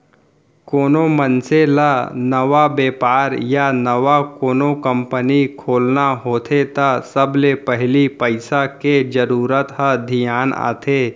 कोनो मनसे ल नवा बेपार या नवा कोनो कंपनी खोलना होथे त सबले पहिली पइसा के जरूरत ह धियान आथे